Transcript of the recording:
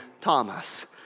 Thomas